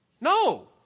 No